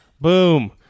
Boom